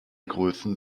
größen